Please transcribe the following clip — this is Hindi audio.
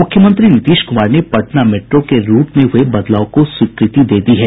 मुख्यमंत्री नीतीश कुमार ने पटना मेट्रो के रूट में हुये बदलाव को स्वीकृति दे दी है